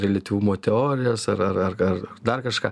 reliatyvumo teorijas ar ar ar ar dar kažką